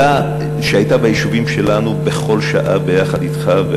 שהייתה ביישובים שלנו בכל שעה יחד אתך,